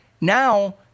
Now